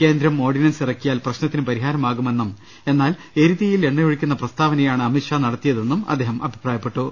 കേന്ദ്രം ഓർഡിനൻസ് ഇറക്കിയാൽ പ്രശ്ന ത്തിന് പരിഹാരമാകുമെന്നും എന്നാൽ എരിതീയിൽ എണ്ണയൊഴിക്കുന്ന പ്രസ്താ വനയാണ് അമിത്ഷാ നടത്തിയതെന്നും അദ്ദേഹം അഭിപ്രായപ്പെട്ടു